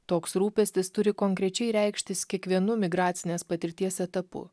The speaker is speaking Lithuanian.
toks rūpestis turi konkrečiai reikštis kiekvienu migracinės patirties etapu